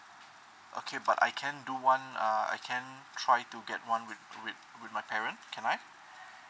okay but I can't do one uh I can't try to get one with with with my parent can I